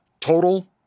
total